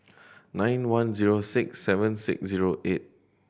nine one zero six seven six zero eight